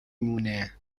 مونه